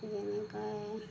তেনেকৈ